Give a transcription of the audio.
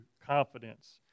confidence